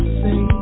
say